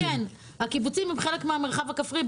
הקיבוצים הם חלק מהמרחב הכפרי.